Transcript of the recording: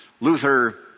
Luther